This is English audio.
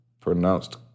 pronounced